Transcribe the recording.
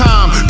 Time